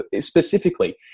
specifically